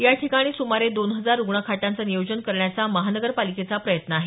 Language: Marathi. याठिकाणी सुमारे दोन हजार रुग्णखाटांचं नियोजन करण्याचा महापालिकेचा प्रयत्न आहे